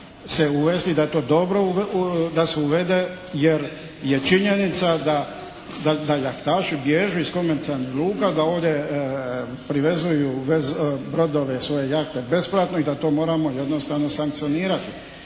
se uvesti da je to dobro da se uvede. Jer je činjenica da jahtaši bježe iz komercijalnih luka da ovdje privezuju brodove, svoje jahte besplatno i da to moramo jednostavno sankcionirati.